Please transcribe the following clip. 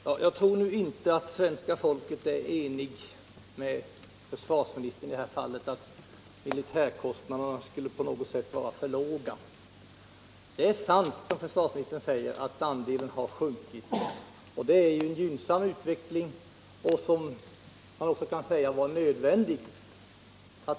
Herr talman! Jag tror inte att svenska folket är enigt med försvarsministern om att militärutgifterna på något sätt skulle vara för låga. Det är sant som försvarsministern säger att försvarskostnadernas andel av budgeten har minskat. Det är en gynnsam utveckling, och man kan nog också säga att den var nödvändig.